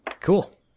Cool